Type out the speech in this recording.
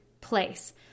place